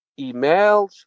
emails